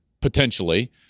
potentially